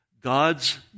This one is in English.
God's